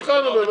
סעיף 13 נתקבל.